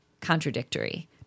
contradictory